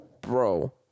Bro